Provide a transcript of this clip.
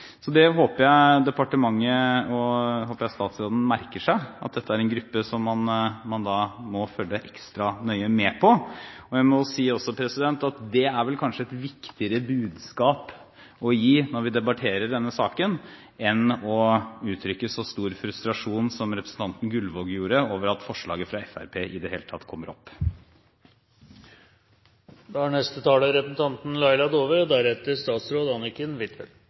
håper departementet og statsråden merker seg at dette er en gruppe som man må følge ekstra nøye med på. Jeg må også si at det vel er et viktigere budskap å gi når vi debatterer denne saken, enn å uttrykke stor frustrasjon, som representanten Gullvåg gjorde, over at forslaget fra Fremskrittspartiet i det hele tatt kommer opp.